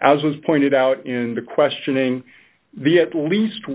as was pointed out in the questioning the at least